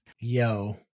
Yo